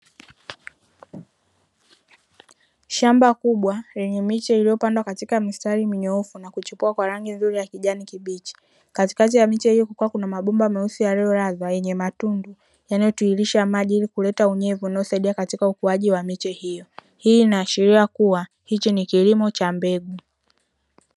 Shamba kubwa lenye miche iliyo pandwa katika mistari minyoofu na kuchipua kwa rangi nzuri ya kijani kibichi katikati ya miche hii kukiwa kuna mabomba meusi yaliyo lazwa na yenye matundu yanayo tiririsha maji ili kuleta unyevu unao saidia ukuaji wa miche hiyo, hii ina ashiria kuwa hichi ni kilomo cha mbegu.